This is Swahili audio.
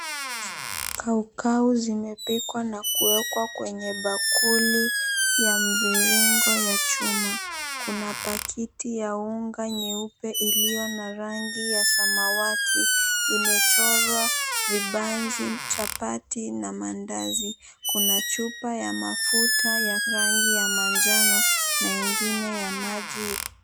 Kaukau zimepikwa na kuwekwa kwenye bakuli ya mviringo ya chuma, kuna pakiti ya unga nyeupe iliyo na rangi ya samawati imechorwa vibanzi, chapati, na mandazi kuna chupa ya mafuta ya rangi ya manjano na ingine ya maji.